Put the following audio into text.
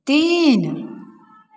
तीन